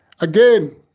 again